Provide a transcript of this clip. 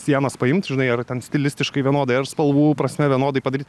sienas paimt žinai ar ten stilistiškai vienodai ar spalvų prasme vienodai padaryt